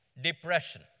depression